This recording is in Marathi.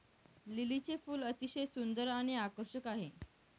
लिलीचे फूल अतिशय सुंदर आणि आकर्षक आहे